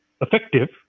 effective